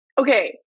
Okay